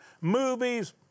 movies